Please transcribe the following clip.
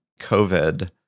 COVID